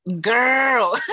girl